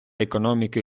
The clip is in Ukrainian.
економіки